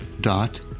dot